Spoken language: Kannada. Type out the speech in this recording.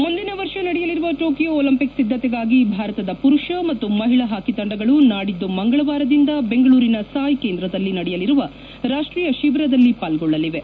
ಹೆಡ್ ಮುಂದಿನ ವರ್ಷ ನಡೆಯಲಿರುವ ಟೊಕಿಯೋ ಒಲಿಂಪಿಕ್ಸ್ ಸಿದ್ದತೆಗಾಗಿ ಭಾರತದ ಪುರುಷ ಮತ್ತು ಮಹಿಳಾ ಹಾಕಿ ತಂಡಗಳು ನಾಡಿದ್ದು ಮಂಗಳವಾರದಿಂದ ಬೆಂಗಳೂರಿನ ಸಾಯ್ ಕೇಂದ್ರದಲ್ಲಿ ನಡೆಯಲಿರುವ ರಾಷ್ಷೀಯ ಶಿಬಿರದಲ್ಲಿ ಪಾಲ್ಗೊಳ್ಳಲಿವೆ